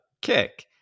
kick